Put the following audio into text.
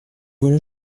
voilà